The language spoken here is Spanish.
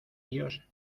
ellos